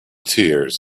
tears